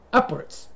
upwards